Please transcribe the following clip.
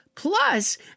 plus